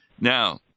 Now